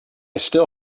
still